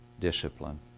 discipline